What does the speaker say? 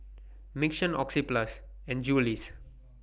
Mission Oxyplus and Julie's